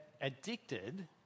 addicted